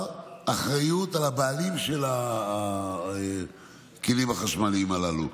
אחריות לבעלים של הכלים החשמליים הללו.